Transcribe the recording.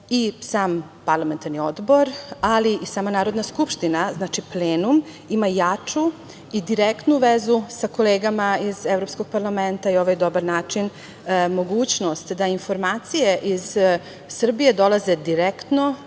i sam parlamentarni odbor, ali i sama Narodna skupština, znači plenum, imaju jaču i direktnu vezu sa kolegama iz Evropskog parlamenta. Ovo je dobar način, mogućnost da informacije iz Srbije dolaze direktno